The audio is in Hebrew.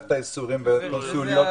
מסכת הייסורים והקונסוליות?